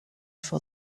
for